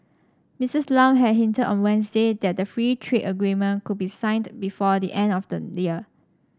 Mrs Lam had hinted on Wednesday that the free trade agreement could be signed before the end of the year